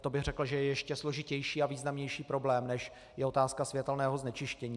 To bych řekl, že je ještě složitější a významnější problém, než je otázka světelného znečištění.